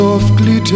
Softly